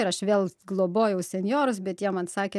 ir aš vėl globojau senjorus bet jie man sakė